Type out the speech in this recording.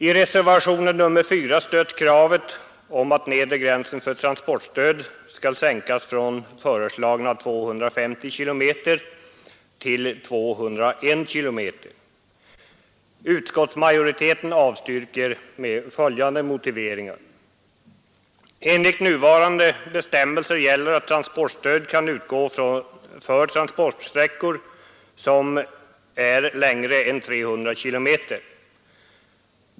I reservationen 4 stöds kravet på att nedre gränsen för transportstöd skall sänkas från föreslagna 250 km till 201 km. Utskottsmajoriteten avstyrker med följande motiveringar. Enligt nuvarande bestämmelser skall transportstöd utgå för transportsträckor som är längre än 300 km.